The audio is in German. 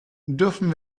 dürfen